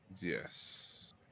Yes